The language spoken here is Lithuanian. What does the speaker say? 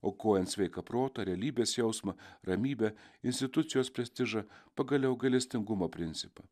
aukojant sveiką protą realybės jausmą ramybę institucijos prestižą pagaliau gailestingumo principą